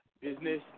business